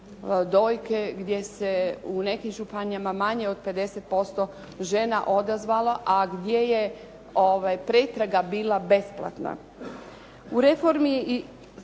dojke gdje se u nekim županijama manje od 50% žena odazvalo, a gdje je pretraga bila besplatna. U reformi,